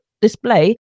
display